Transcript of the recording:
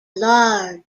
large